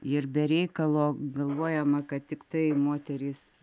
ir be reikalo galvojama kad tiktai moterys